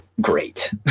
great